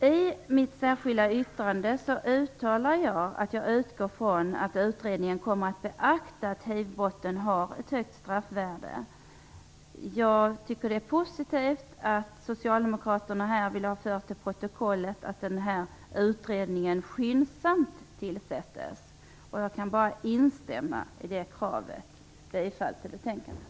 I mitt särskilda yttrande uttalar jag att jag utgår från att utredningen kommer att beakta att hivbrotten har ett högt straffvärde. Jag tycker att det är positivt att socialdemokraterna vill ha fört till protokollet att den utredningen skall tillsättas skyndsamt. Jag kan bara instämma i det kravet. Jag yrkar bifall till utskottets hemställan.